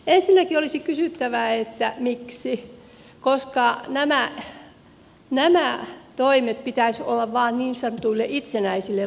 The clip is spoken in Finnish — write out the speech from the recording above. ensinnäkin olisi kysyttävä miksi koska näiden toimien pitäisi olla vain niin sanotuille itsenäisille valtioille